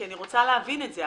כי אני רוצה להבין את זה,